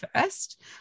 first